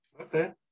Okay